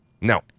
No